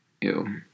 Ew